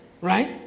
right